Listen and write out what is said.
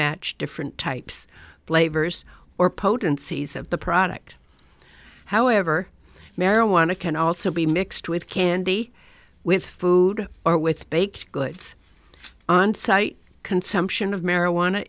match different types laver's or potencies of the product however marijuana can also be mixed with candy with food or with baked goods on site consumption of marijuana